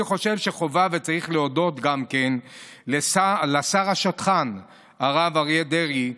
אני חושב שחובה וצריך גם להודות לשר השדכן הרב אריה דרעי,